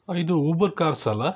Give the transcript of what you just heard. ಇದು Uber cars ಅಲ್ಲಾ